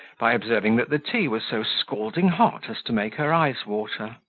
by observing that the tea was so scalding hot, as to make her eyes water.